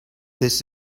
this